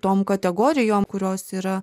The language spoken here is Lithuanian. tom kategorijom kurios yra